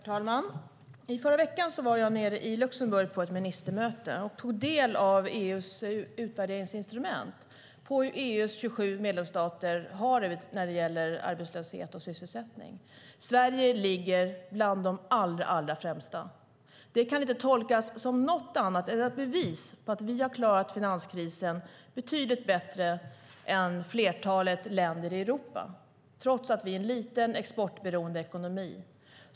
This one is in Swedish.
Herr talman! I förra veckan var jag nere i Luxemburg på ett ministermöte och tog del av EU:s utvärderingsinstrument för hur EU:s 27 medlemsstater har det när det gäller arbetslöshet och sysselsättning. Sverige ligger bland de allra främsta. Det kan inte tolkas som något annat än ett bevis på att vi har klarat finanskrisen betydligt bättre än flertalet länder i Europa trots att vi är en liten, exportberoende ekonomi.